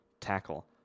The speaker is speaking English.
tackle